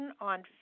on